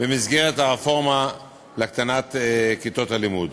במסגרת הרפורמה להקטנת כיתות הלימוד.